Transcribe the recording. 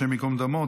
השם ייקום דמו,